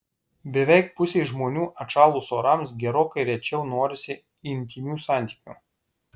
beveik pusei žmonių atšalus orams gerokai rečiau norisi intymių santykių